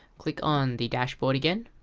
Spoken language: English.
click on the dashboard again